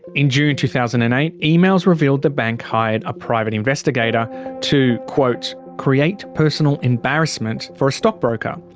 in june two thousand and eight, emails revealed the bank hired a private investigator to quote create personal embarrassment for a stockbroker.